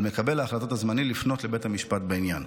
על מקבל ההחלטות הזמני לפנות לבית המשפט בעניין.